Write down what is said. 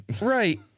Right